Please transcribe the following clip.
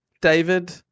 David